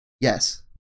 Yes